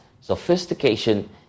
Sophistication